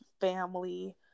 family